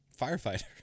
Firefighter